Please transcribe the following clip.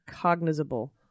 cognizable